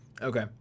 Okay